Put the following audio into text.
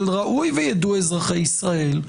אבל ראוי וידעו אזרחי ישראל,